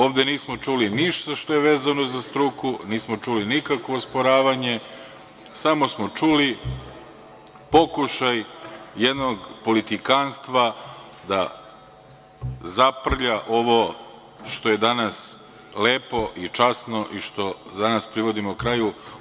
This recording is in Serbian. Ovde nismo čuli ništa što je vezano za struku, nismo čuli nikakvo osporavanje, samo smo čuli pokušaj jednog politikanstva da zaprlja ovo što je danas lepo i časno i danas prividimo kraju.